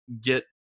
get